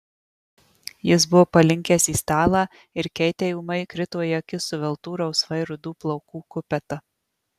jis buvo palinkęs į stalą ir keitei ūmai krito į akis suveltų rausvai rudų plaukų kupeta